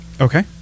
Okay